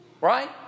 Right